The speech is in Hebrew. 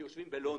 שיושבים בלונדון,